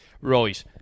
right